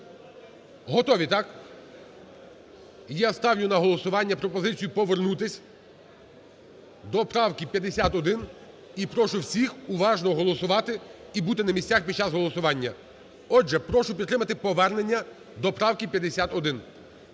Готові, так? Я ставлю на голосування пропозицію повернутись до правки 51. І прошу всіх уважно голосувати і бути на місцях під час голосування. Отже, прошу підтримати повернення до правки 51.